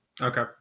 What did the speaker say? Okay